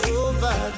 over